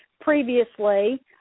previously